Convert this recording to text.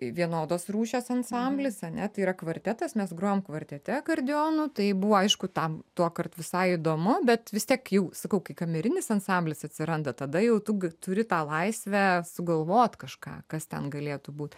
vienodos rūšies ansamblis ane tai yra kvartetas mes grojom kvartete akordeonu tai buvo aišku tam tuokart visai įdomu bet vis tiek jau sakau kai kamerinis ansamblis atsiranda tada jau tu turi tą laisvę sugalvot kažką kas ten galėtų būt